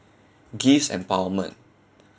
gives empowerment